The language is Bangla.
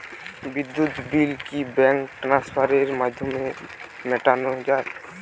বিদ্যুৎ বিল কি ব্যাঙ্ক ট্রান্সফারের মাধ্যমে মেটানো য়ায়?